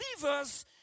Believers